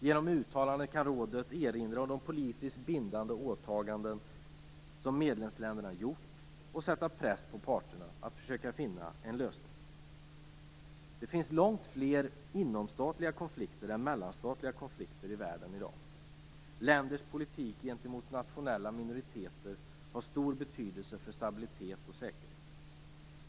Genom uttalanden kan rådet erinra om de politiskt bindande åtaganden som medlemsländerna gjort och sätta press på parterna att försöka finna en lösning. Det finns långt fler inomstatliga konflikter än mellanstatliga konflikter i världen i dag. Länders politik gentemot nationella minoriteter har stor betydelse för stabilitet och säkerhet.